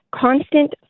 constant